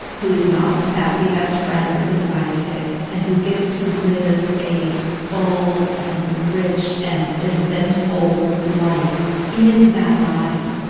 who is not the sassy best friend or the sidekick and who gets to live a full and rich and eventful life in that body,